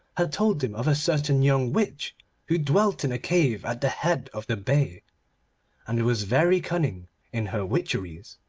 had told him of a certain young witch who dwelt in a cave at the head of the bay and was very cunning in her witcheries.